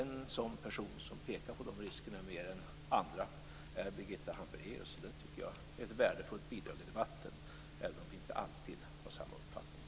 En person som pekar på de riskerna mer än andra är Birgitta Hambraeus, och jag tycker att det är ett värdefullt bidrag i debatten, även om vi inte alltid har samma uppfattning.